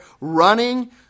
running